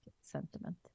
sentiment